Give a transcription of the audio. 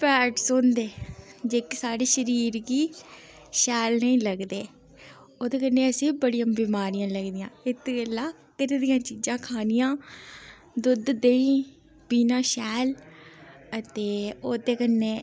fats होंदे जेह्के साढ़े शरीर गी शैल नेईं लगदे ओह्दे कन्नै असें ई बड़ी बमारियां लगदियां इत्त गल्ला घरै दियां चीज़ा खानियां दुद्ध देहीं पीना शैल ऐ ते ओह्दे कन्नै